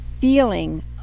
feeling